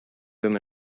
room